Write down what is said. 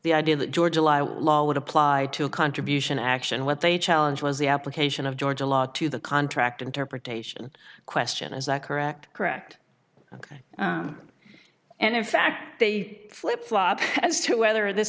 the idea that georgia law would apply to a contribution action what they challenge was the application of georgia law to the contract interpretation question is that correct correct and in fact they flip flop as to whether this